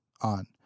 on